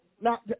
Now